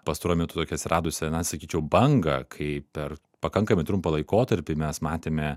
pastaruoju metu tokią atsiradusią na sakyčiau bangą kai per pakankamai trumpą laikotarpį mes matėme